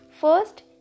First